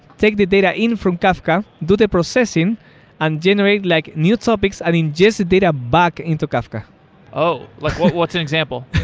take the data in from kafka. do the processing and generate like new topics and ingest the data back into kafka oh! like what's what's an example?